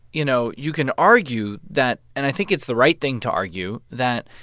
you know, you can argue that and i think it's the right thing to argue that,